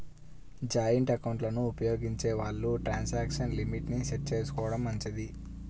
joint ఎకౌంట్లను ఉపయోగించే వాళ్ళు ట్రాన్సాక్షన్ లిమిట్ ని సెట్ చేసుకోడం మంచిది